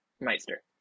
Meister